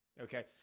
okay